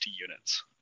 units